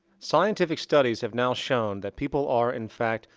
scientific studies have now shown that people are, in fact,